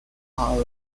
are